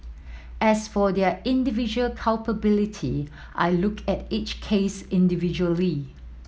as for their individual culpability I looked at each case individually